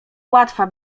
łatwa